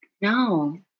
No